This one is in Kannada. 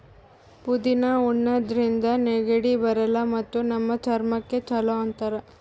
ಪುದಿನಾ ಉಣಾದ್ರಿನ್ದ ನೆಗಡಿ ಬರಲ್ಲ್ ಮತ್ತ್ ನಮ್ ಚರ್ಮಕ್ಕ್ ಛಲೋ ಅಂತಾರ್